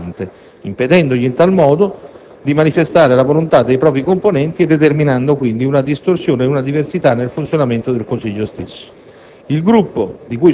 un proprio rappresentante, impedendogli in tal modo di manifestare la volontà dei propri componenti e determinando quindi una distorsione e una diversità nel funzionamento del Consiglio stesso.